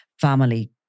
Family